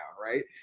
Right